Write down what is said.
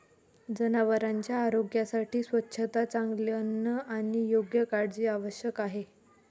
जनावरांच्या आरोग्यासाठी स्वच्छता, चांगले अन्न आणि योग्य काळजी आवश्यक आहे